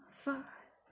far